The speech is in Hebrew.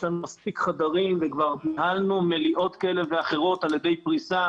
יש לנו מספיק חדרים וכבר ניהלנו מליאות כאלה ואחרות על ידי פריסה,